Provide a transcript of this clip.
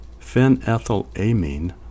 phenethylamine